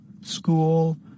school